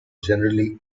generally